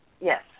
Yes